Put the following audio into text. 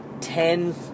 ten